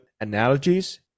analogies